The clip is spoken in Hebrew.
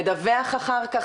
מדווח אחר כך,